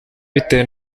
bitewe